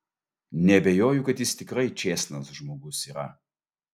neabejoju kad jis tikrai čėsnas žmogus yra